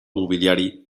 mobiliari